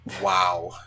Wow